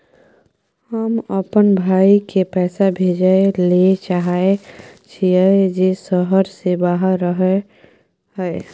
हम अपन भाई के पैसा भेजय ले चाहय छियै जे शहर से बाहर रहय हय